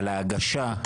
על ההגשה,